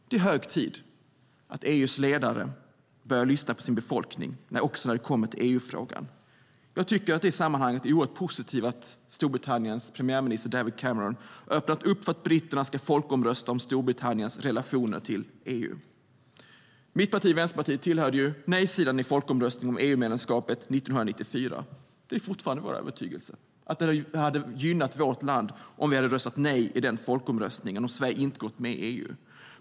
Det är hög tid att EU:s ledare börjar lyssna på sina länders befolkning också i EU-frågan. Det är i det sammanhanget positivt att Storbritanniens premiärminister David Cameron öppnat för att britterna ska folkomrösta om Storbritanniens relationer till EU. Vänsterpartiet hörde till nej-sidan i folkomröstningen om EU-medlemskapet 1994. Det är fortfarande vår övertygelse att det hade gynnat vårt land om Sverige röstat nej i den folkomröstningen och inte gått med i EU.